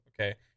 Okay